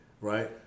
Right